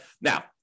Now